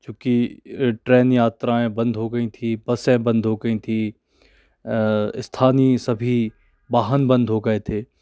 क्योंकि ट्रेन यात्राएं बंद हो गई थी बसें बंद हो गई थी स्थानीय सभी वाहन बंद हो गए थे